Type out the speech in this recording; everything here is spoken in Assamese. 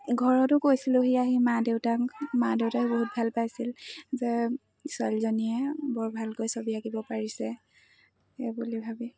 ঘৰতো কৈছিলোঁহি আহি মা দেউতাক মা দেউতাক বহুত ভাল পাইছিল যে ছোৱালীজনীয়ে বৰ ভালকৈ ছবি আঁকিব পাৰিছে এই বুলি ভাবি